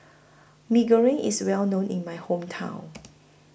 Mee Goreng IS Well known in My Hometown